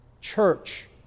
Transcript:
church